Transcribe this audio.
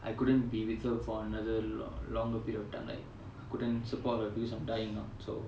I couldn't be with her for another longer period of time like couldn't support her on dying or so